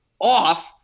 off